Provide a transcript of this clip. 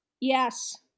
Yes